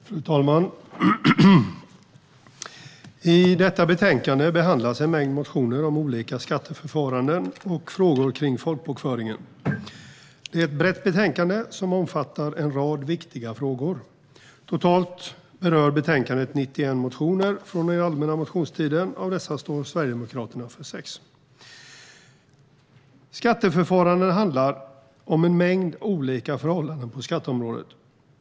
Fru talman! I betänkandet behandlas en mängd motioner om olika skatteförfaranden och frågor kring folkbokföringen. Det är ett brett betänkande som omfattar en rad viktiga frågor. Totalt berör betänkandet 91 motioner från den allmänna motionstiden. Av dessa står Sverigedemokraterna för 6. Skatteförfaranden handlar om en mängd olika förhållanden på skatteområdet.